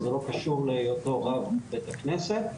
וזה לא קשור להיותו רב בית הכנסת.